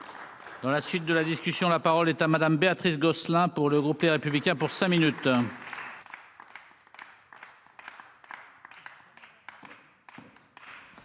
Dans la suite de la discussion, la parole est à madame Béatrice Gosselin pour le groupe Les Républicains pour cinq minutes.